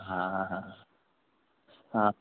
हाँ हाँ हाँ